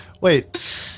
Wait